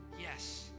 yes